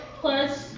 plus